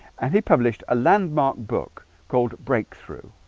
and he published a landmark book called breakthrough